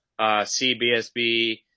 CBSB